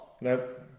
Nope